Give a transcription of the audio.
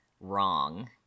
wrong